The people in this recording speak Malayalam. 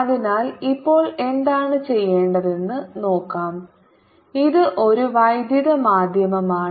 അതിനാൽ ഇപ്പോൾ എന്താണ് ചെയ്യേണ്ടതെന്ന് നോക്കാം ഇത് ഒരു വൈദ്യുത മാധ്യമമാണ്